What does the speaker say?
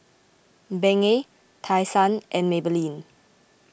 Bengay Tai Sun and Maybelline